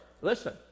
listen